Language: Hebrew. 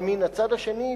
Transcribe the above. אבל מן הצד השני,